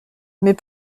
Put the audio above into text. mais